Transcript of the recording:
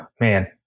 man